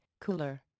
cooler